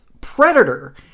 Predator